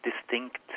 distinct